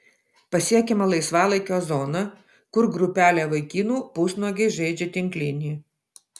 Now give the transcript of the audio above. pasiekiame laisvalaikio zoną kur grupelė vaikinų pusnuogiai žaidžia tinklinį